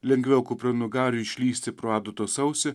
lengviau kupranugariui išlįsti pro adatos ausį